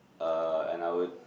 uh and I would